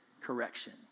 correction